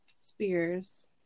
Spears